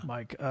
Mike